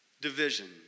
division